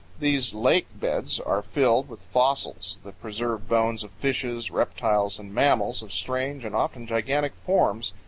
these lake beds are filled with fossils the preserved bones of fishes, reptiles, and mammals, of strange and often gigantic forms,